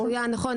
מצוין, נכון.